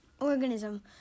organism